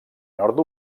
nord